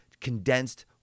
condensed